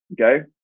okay